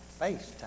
FaceTime